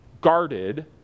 guarded